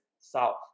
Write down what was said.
south